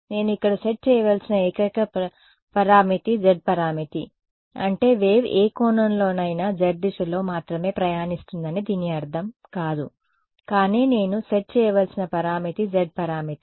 నేను ఇక్కడ సెట్ చేయవలసిన ఏకైక పరామితి z పరామితి అంటే వేవ్ ఏ కోణంలోనైనా z దిశలో మాత్రమే ప్రయాణిస్తుందని దీని అర్థం కాదు కానీ నేను సెట్ చేయవలసిన పరామితి z పరామితి